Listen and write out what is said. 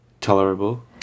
tolerable